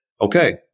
Okay